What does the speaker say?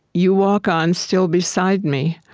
you walk on still beside me,